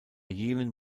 jenen